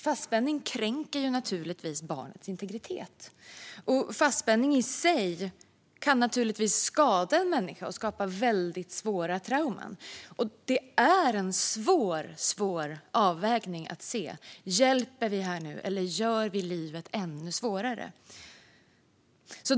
Fastspänning kränker naturligtvis barnets integritet, och fastspänning i sig kan naturligtvis skada en människa och skapa mycket svåra trauman. Det är en mycket svår avvägning att se om man hjälper eller gör livet ännu svårare.